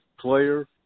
player